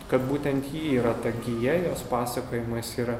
kad būtent ji yra ta gija jos pasakojimas yra